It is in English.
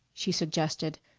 she suggested.